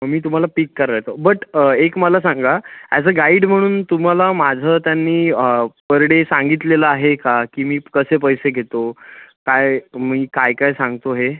मग मी तुम्हाला पिक करायला येतो बट एक मला सांगा अॅज अ गाईड म्हणून तुम्हाला माझं त्यांनी पर डे सांगितलेला आहे का की मी कसे पैसे घेतो काय तर मी काय काय सांगतो हे